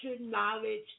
knowledge